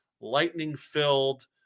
lightning-filled